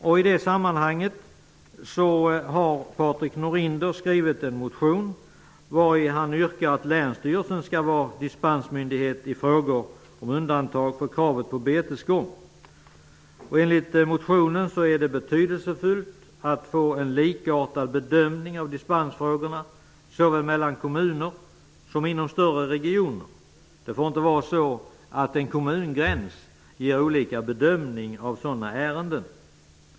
I det sammanhanget har Patrik Norinder skrivit en motion, vari han yrkar att länsstyrelsen skall vara dispensmyndighet i frågor om undantag för kravet på betesgång. Enligt motionen är det betydelsefullt att få en likartad bedömning av dispensfrågorna såväl mellan kommuner som inom större regioner. Det får inte vara så att en kommungräns ger olika bedömning av sådana ärenden.